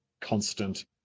constant